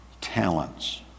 talents